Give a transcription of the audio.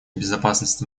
безопасности